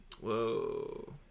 Whoa